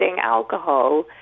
alcohol